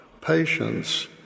patience